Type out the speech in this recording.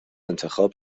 انتخاب